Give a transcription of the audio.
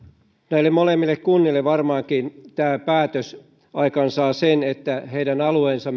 näille molemmille kunnille varmaankin tämä päätös aikaansaa sen että se lisää heidän alueensa